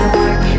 work